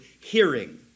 hearing